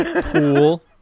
pool